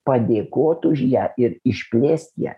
padėkot už ją ir išplėst ją